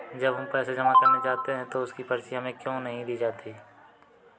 जब हम पैसे जमा करने जाते हैं तो उसकी पर्ची हमें क्यो नहीं दी जाती है?